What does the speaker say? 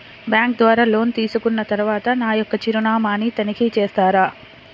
Bank ద్వారా loan తీసుకున్న తరువాత నా యొక్క చిరునామాని తనిఖీ చేస్తారా?